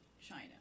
China